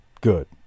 good